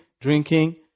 drinking